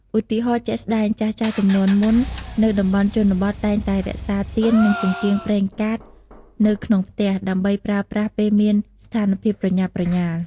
ឧទាហរណ៍ជាក់ស្ដែង ចាស់ៗជំនាន់មុន នៅតំបន់ជនបទ តែងតែរក្សាទៀន និងចង្កៀងប្រេងកាតនៅក្នុងផ្ទះ ដើម្បីប្រើប្រាស់ពេលមានស្ថានភាពប្រញាប់ប្រញាល់។